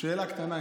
שאלה קטנה,